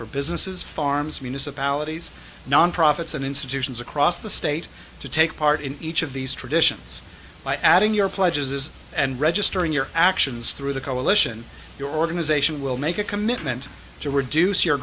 for businesses farms municipalities nonprofits and institutions across the state to take part in each of these traditions by adding your pledges and registering your actions through the coalition your organization will make a commitment to reduce your